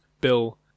Bill